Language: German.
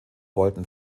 wollten